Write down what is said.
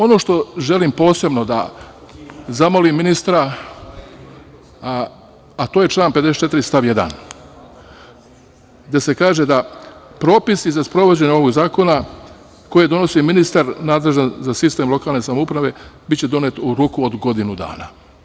Ono što želim posebno da zamolim ministra, a to je član 54. stav 1. gde se kaže da propisi za sprovođenje ovog zakona koje donosi ministar nadležan za sistem lokalne samouprave biće u roku od godinu dana.